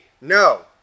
no